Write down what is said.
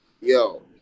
Yo